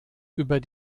über